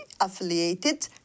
affiliated